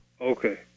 Okay